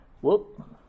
Whoop